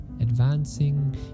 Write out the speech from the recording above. advancing